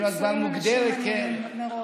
מייצרים אנשים עניים מראש.